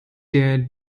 der